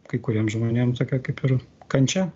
kai kuriem žmonėm tokia kaip ir kančia